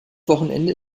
wochenende